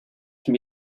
can